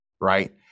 Right